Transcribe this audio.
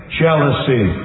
jealousy